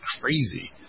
crazy